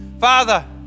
Father